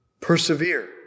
Persevere